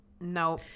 No